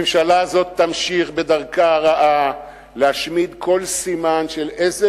הממשלה הזאת תמשיך בדרכה הרעה להשמיד כל סימן של איזה